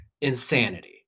insanity